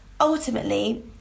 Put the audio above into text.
Ultimately